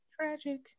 tragic